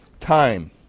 time